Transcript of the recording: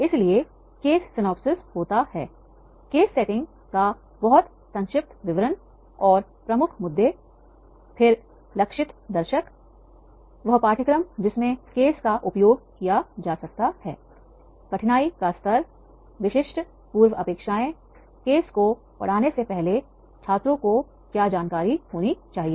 इसलिए case synopsis case को पढ़ाने से पहले छात्रों को पहले से क्या जानकारी होनी चाहिए